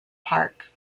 park